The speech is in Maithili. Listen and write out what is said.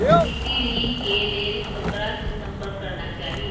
कृषि ऋण के लेल ककरा से संपर्क करना चाही?